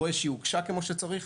רואה שהיא הוגשה כמו שצריך,